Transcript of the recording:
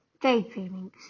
daydreaming